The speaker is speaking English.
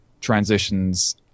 transitions